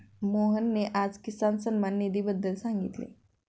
मोहनने आज किसान सन्मान निधीबद्दल सांगितले